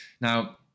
Now